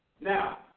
Now